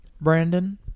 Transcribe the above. Brandon